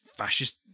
Fascist